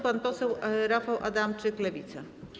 Pan poseł Rafał Adamczyk, Lewica.